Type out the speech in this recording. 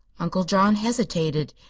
uncle john hesitated.